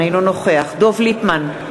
אינו נוכח דב ליפמן,